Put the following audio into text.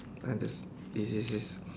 other yes yes yes yes